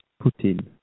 Putin